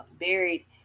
buried